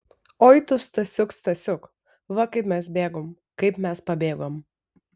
oi tu stasiuk stasiuk va kaip mes bėgom kaip mes pabėgom